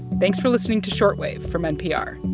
thanks for listening to short wave from npr.